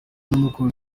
n’umukunzi